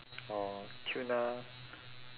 or tuna